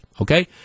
okay